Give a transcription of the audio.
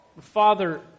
Father